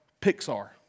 Pixar